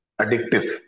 addictive